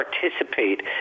participate